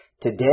today